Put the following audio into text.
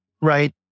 right